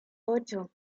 ocho